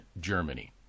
Germany